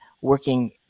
working